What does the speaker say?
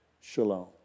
Shalom